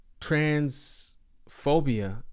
transphobia